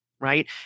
right